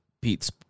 Pete's